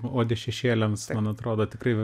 odė šešėliams man atrodo tikrai